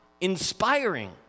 inspiring